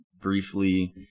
briefly